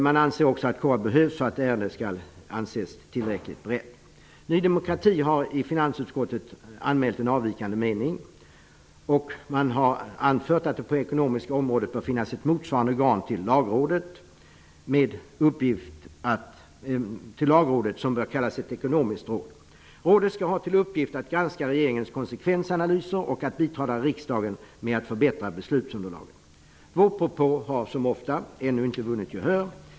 Det anser också att konsekvensanalyser behövs för att ärendet skall anses tillräckligt berett. Ny demokrati har i finansutskottet anmält en avvikande mening. Vi har anfört att det på det ekonomiska området bör finnas ett motsvarande organ till Lagrådet som bör kallas ekonomiskt råd. Rådet skall ha till uppgift att granska regeringens konsekvensanalyser och att biträda riksdagen med att förbättra beslutsunderlaget. Ny demokratis propå har, som ofta är fallet, inte vunnit gehör.